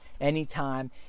anytime